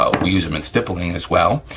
ah we use them in stippling as well.